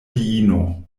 diino